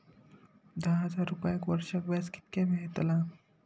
दहा हजार रुपयांक वर्षाक व्याज कितक्या मेलताला?